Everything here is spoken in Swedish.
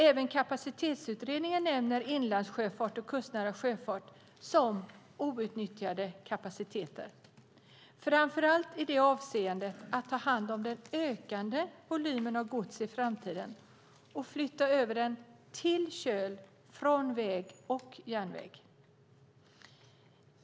Även i Kapacitetsutredningen nämns inlandssjöfart och kustnära sjöfart som outnyttjade kapaciteter - framför allt i fråga om att ta hand om den ökande volymen av gods i framtiden och flytta över den volymen från väg och järnväg till köl.